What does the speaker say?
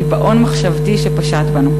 קיבעון מחשבתי שפשט בנו,